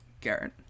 Garrett